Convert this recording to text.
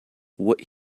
what